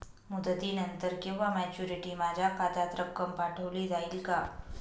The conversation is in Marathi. मुदतीनंतर किंवा मॅच्युरिटी माझ्या खात्यात रक्कम पाठवली जाईल का?